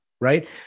right